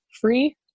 free